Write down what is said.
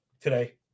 today